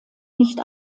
nicht